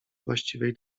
właściwej